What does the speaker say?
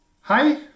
hi